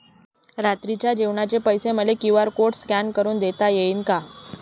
रात्रीच्या जेवणाचे पैसे मले क्यू.आर कोड स्कॅन करून देता येईन का?